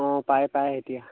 অঁ পায় পায় এতিয়া